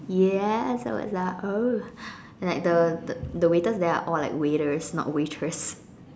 ya so I was like oh and like the the waiters there are all like waiter not waitress